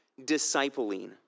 discipling